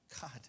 God